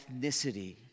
ethnicity